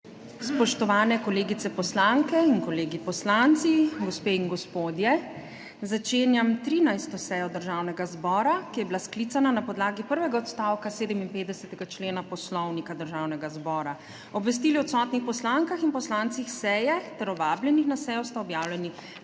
Spoštovane kolegice poslanke in kolegi poslanci, gospe in gospodje! Začenjam 13. sejo Državnega zbora, ki je bila sklicana na podlagi prvega odstavka 57. člena Poslovnika Državnega zbora. Obvestili o odsotnih poslankah in poslancih seje ter o vabljenih na sejo sta objavljeni